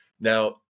Now